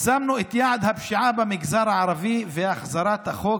"שמנו את יעד הפשיעה במגזר הערבי והחזרת החוק